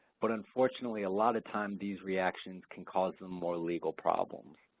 but unfortunately a lot of time these reactions can cause them more legal problems.